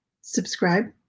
subscribe